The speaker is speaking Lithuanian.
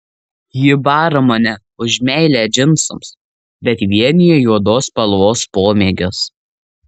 ji bara mane už meilę džinsams bet vienija juodos spalvos pomėgis